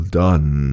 done